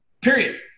period